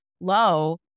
low